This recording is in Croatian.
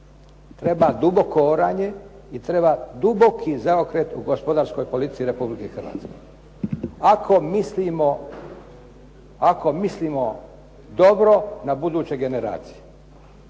Treba duboko oranje i treba duboki zaokret u gospodarskoj politici Republike Hrvatske, ako mislimo dobro na buduće generacije.